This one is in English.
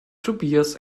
tobias